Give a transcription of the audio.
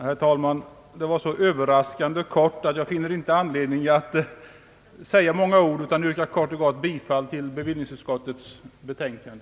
Herr talman! Det tidigare inlägget var så överraskande kort att jag inte har anledning att säga många ord i frågan utan yrkar kort och gott bifall till bevillningsutskottets betänkande.